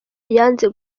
yanze